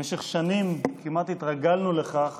במשך שנים כמעט התרגלנו לכך